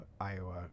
Iowa